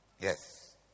Yes